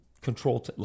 control